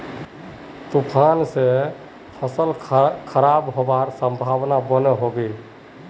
तूफान से फसल खराब होबार संभावना बनो होबे?